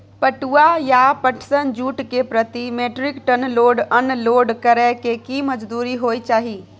पटुआ या पटसन, जूट के प्रति metric ton load unload करै के की मजदूरी होय चाही?